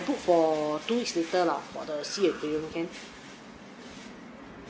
book for two weeks later lah for the SEA aquarium can